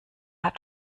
hat